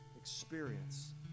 experience